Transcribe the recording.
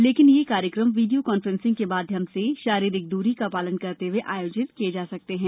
लेकिन यह कार्यक्रम वीडियो कॉन्फ्रेंसिंग के माध्यम से शारीरिक दूरी का पालन करते हुए आयोजित किये जा सकते हैं